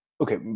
Okay